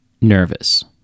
Nervous